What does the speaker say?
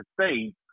States